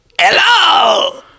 Hello